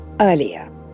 earlier